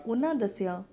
ਉਹਨਾਂ ਦੱਸਿਆ